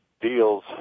deals